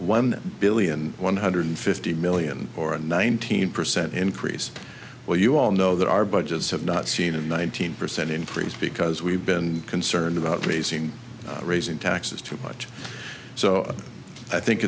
one billion one hundred fifty million or a nineteen percent increase well you all know that our budgets have not seen one thousand percent increase because we've been concerned about raising raising taxes too much so i think